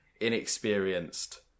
inexperienced